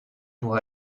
pour